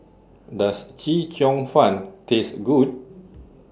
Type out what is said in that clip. Does Chee Cheong Fun Taste Good